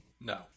No